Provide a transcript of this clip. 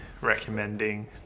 recommending